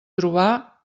trobar